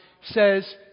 says